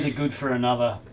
ah good for another,